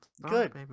Good